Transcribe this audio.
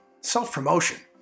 self-promotion